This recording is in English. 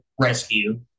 rescue